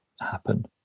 happen